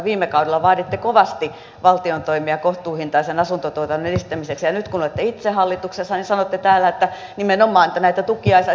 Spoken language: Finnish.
viime kaudella vaaditte kovasti valtion toimia kohtuuhintaisen asuntotuotannon edistämiseksi ja nyt kun olette itse hallituksessa niin sanotte täällä että nimenomaan näitä tukia ei saisi olla lainkaan